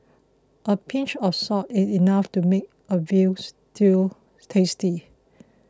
a pinch of salt is enough to make a Veal Stew tasty